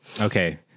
Okay